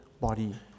body